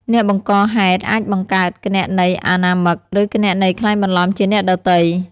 អ្នកបង្កហេតុអាចបង្កើតគណនីអនាមិក ឬគណនីក្លែងបន្លំជាអ្នកដទៃ។